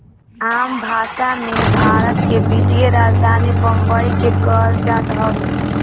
आम भासा मे, भारत के वित्तीय राजधानी बम्बई के कहल जात हवे